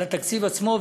על התקציב עצמו,